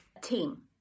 team